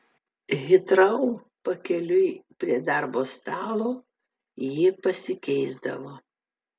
hitrou pakeliui prie darbo stalo ji pasikeisdavo